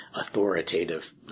authoritative